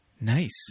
Nice